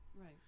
Right